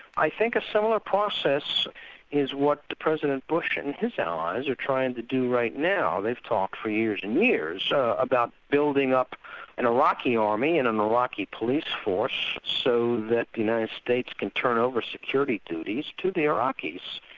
i think a similar process is what president bush and his allies are trying to do right now. they've talked for years and years about building up an iraqi army and and an iraqi police force so that the united states can turn over security duties to the iraqis,